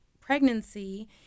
pregnancy